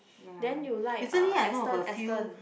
then you like uh Aston Aston